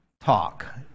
talk